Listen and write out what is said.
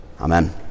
Amen